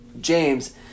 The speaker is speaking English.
James